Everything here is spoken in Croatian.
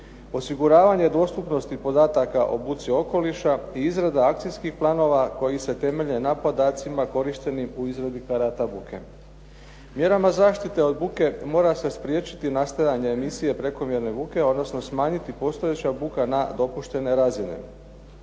osiguravanje dostupnosti podataka o buci okoliša i izrada akcijskih planova koji se temelje na podacima korištenim u izradi karata buke. Mjerama zaštite od buke mora se spriječiti nastajanje emisije prekomjerne buke, odnosno smanjiti postojeća buka na dopuštene razine.